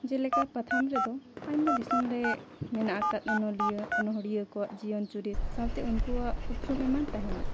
ᱡᱮᱞᱮᱠᱟ ᱯᱟᱛᱷᱟᱢ ᱨᱮᱫᱚ ᱟᱭᱢᱟ ᱫᱤᱥᱚᱢ ᱨᱮ ᱢᱮᱱᱟᱜ ᱟᱠᱟᱫ ᱚᱱᱚᱞᱤᱭᱟᱹ ᱚᱱᱚᱲᱦᱤᱭᱟᱹ ᱠᱚᱣᱟᱜ ᱡᱤᱭᱚᱱ ᱪᱩᱨᱤᱛ ᱥᱟᱶᱛᱮ ᱩᱱᱠᱩᱣᱟᱜ ᱩᱯᱨᱩᱢ ᱮᱢᱟᱱ ᱛᱟᱦᱮᱱᱟ